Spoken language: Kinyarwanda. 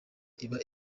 iba